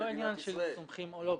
זה לא עניין של סומכים או לא סומכים,